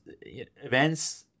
events